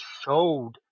showed